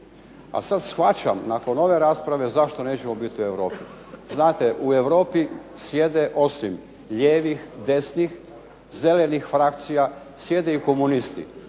a sad shvaćam nakon ove rasprave zašto nećemo biti u Europi. Znate u Europi sjede, osim lijevih, desnih, zelenih frakcija, sjede i komunisti,